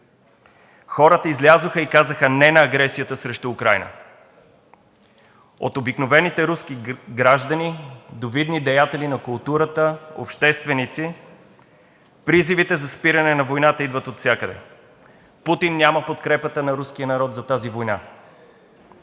хората излязоха и казаха „не“ на агресията срещу Украйна – от обикновените руски граждани до видни деятели на културата, общественици, и призивите за спиране на войната идват отвсякъде. Путин няма подкрепата на руския народ за тази война.